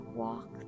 walk